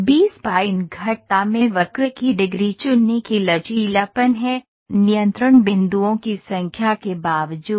B spline वक्र में वक्र की डिग्री चुनने की लचीलापन है नियंत्रण बिंदुओं की संख्या के बावजूद